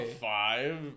five